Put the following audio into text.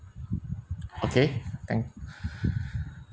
okay thank